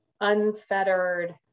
unfettered